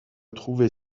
trouver